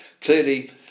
Clearly